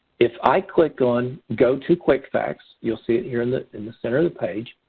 if i click on go to quickfacts, you'll see it here in the in the center of the page.